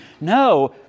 No